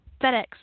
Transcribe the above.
FedEx